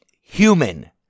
Human